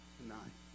tonight